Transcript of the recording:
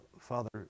Father